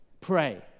pray